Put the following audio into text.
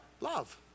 love